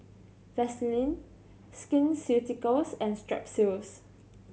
Vaselin Skin Ceuticals and Strepsils